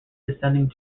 descending